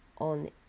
on